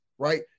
right